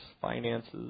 finances